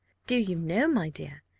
do you know, my dear,